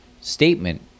statement